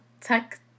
tech